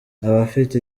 abafite